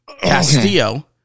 Castillo